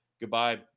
goodbye